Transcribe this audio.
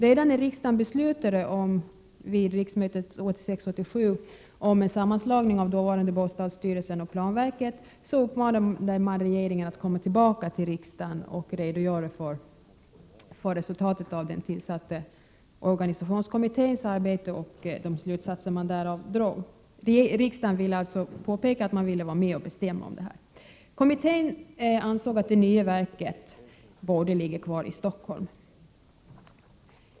Redan under riksmötet 1986/87 när riksdagen beslutade om en sammanslagning av dåvarande bostadstyrelsen och planverket, uppmanade man regeringen att komma tillbaka till riksdagen och redogöra för resultatet av den tillsatta organisationskommitténs arbete och de slutsatser man därav kunde dra. Riksdagen ville således påpeka att den ville vara med och bestämma om detta. Kommittén ansåg att det nya verket borde ligga kvar i Stockholm.